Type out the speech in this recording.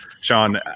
Sean